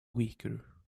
weaker